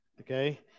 Okay